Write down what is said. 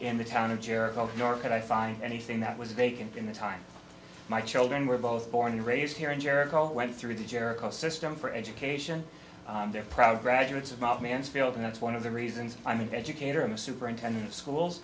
in the town of jericho nor could i find anything that was vacant in the time my children were both born and raised here in jericho went through the jericho system for education and they're proud graduates of my mansfield and that's one of the reasons i'm an educator i'm a superintendent of schools